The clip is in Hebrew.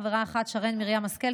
חברה אחת: שרן מרים השכל,